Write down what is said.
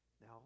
Now